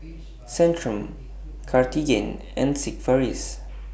Centrum Cartigain and Sigvaris